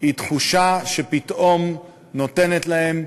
היא תחושה שפתאום נותנת להם,